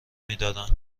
میدادن